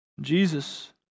Jesus